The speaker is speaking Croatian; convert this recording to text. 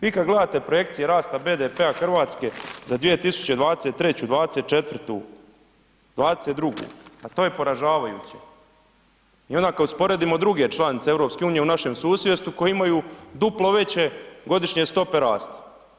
Vi kada gledate projekcije rasta BDP-a Hrvatske 2023., 2024. 2022. pa to je poražavajuće i onda kada usporedimo druge članice EU u našem susjedstvu koje imaju duplo veće godišnje stope rasta.